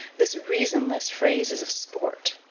this reasonless phrase is of sport,